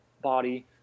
body